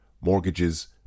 mortgages